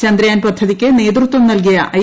ചാന്ദ്രയാൻ പദ്ധതിക്ക് നേതൃത്വം നൽകിയ ഐ